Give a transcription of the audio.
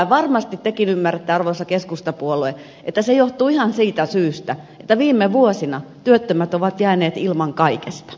ja varmasti tekin ymmärrätte arvoisa keskustapuolue että se johtuu ihan siitä syystä että viime vuosina työttömät ovat jääneet ilman kaikesta